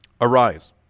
Arise